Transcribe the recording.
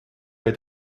bij